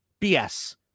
BS